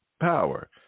power